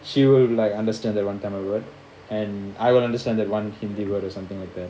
she will like understand that one tamil word and I would understand that one hindi word or something like that